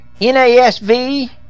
NASV